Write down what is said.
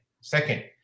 Second